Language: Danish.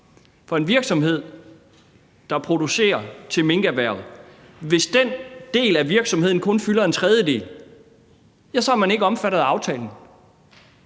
af en virksomhed, der producerer til minkerhverv, kun fylder en tredjedel, så er man ikke omfattet af aftalen,